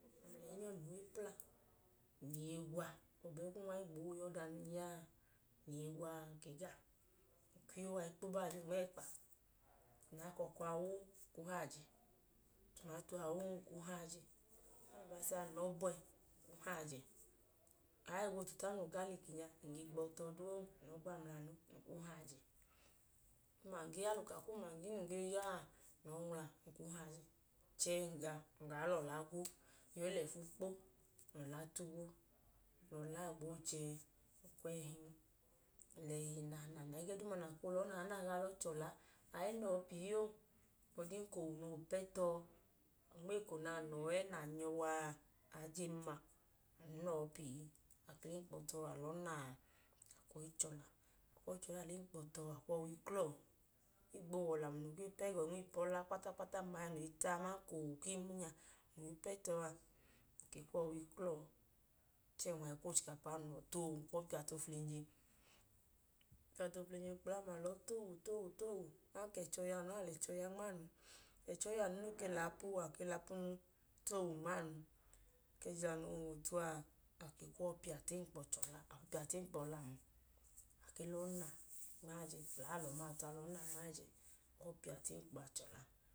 Ng ke mlẹnyọ ng lẹ iye gwa gbọbu ẹẹ kum wa i ya ọda num gee ya a. ng lẹ iye gwa a, ng ke ga. Ng kwu iyo a i kpo bajẹ nma ẹkpa. Ng lẹ akọkọ a wu, ng kwu hayi ajẹ. Alubasa a, ng lẹọọ bẹ ng kwu hayi ajẹ. Aẹgbla otuta mla ugaliki nya, ng ge gba ọ tọ duu or ng kwu hayi ajẹ. Umangi, aluka ku umangi num ge ya a ng lọọ nwla. Ng kwu kpo ba ajẹ. Chẹẹ, ng ga, ng gaa lẹọla gwo. Ng lẹẹfu kpo, ng lẹọla tu gwo. Ọla a gboo chẹ, ng kwu ẹhi u, lẹẹhi na. Ẹgẹ duuma na koo lẹọọna gbọbu lẹ naana, a i na ọọ pii o. Ohigbu ka owu le pẹ tọ, nma eko na na ọọẹẹ, nẹ a nyọ wa a. Abaa jen ma, a i na ọọ pii. A ke lẹ enkpọ tọ, a lọọ na a. a kwu ọọ i chọla. A kwu ọọ i chọla, a lẹ enkpọ tọ. A kwu ọwu i kla ọọ, ohigbu owu ọlam noo ge pẹ ga ọọ kpata kpata nma ipu ọlan ma, aman ka owu ku imu nya noo pẹ tọ a. A ke kwu ọwu i kla ọọ. Chẹẹ, ng wa i kwu ochikapa u, ng lọọ towu, ng kwu ọọ i piya tu oflenje. Ng kwu ọọ i piya tu oflenje kpla ọma a, a lọọ towu, towu, towu. Ọdanka ẹchọ yọ anu, a lẹẹchọ ya nma anu. Ẹchọ i yọ anun nẹ, o ke lẹ aapu, a lẹ apu kunu towu nma anu wa ẹjila noo huwọọtu a, a ke kwu ọọ i piya tu enkpọ chọla. A ke piya tu enkpọọma, a ke lọọ na. A ke kwu ọọ i piya tu enkpọ chọla.